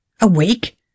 Awake